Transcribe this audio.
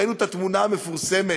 ראינו את התמונה המפורסמת,